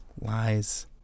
lies